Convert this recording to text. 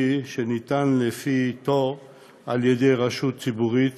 שניתן לפי תור על-ידי רשות ציבורית